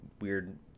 weird